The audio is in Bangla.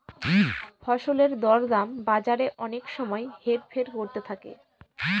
ফসলের দর দাম বাজারে অনেক সময় হেরফের করতে থাকে